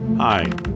Hi